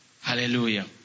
Hallelujah